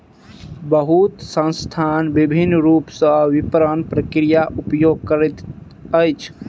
बहुत संस्थान विभिन्न रूप सॅ विपरण प्रक्रियाक उपयोग करैत अछि